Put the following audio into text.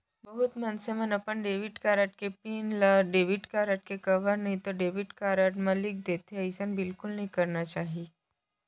बहुत मनसे मन अपन डेबिट कारड के पिन ल डेबिट कारड के कवर म नइतो डेबिट कारड म लिख देथे, अइसन बिल्कुल नइ करना चाही